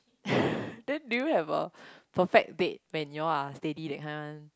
then do you have a perfect date when you all are steady that kind one